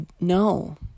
no